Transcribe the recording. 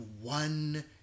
one